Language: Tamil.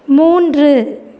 மூன்று